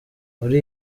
muri